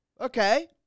Okay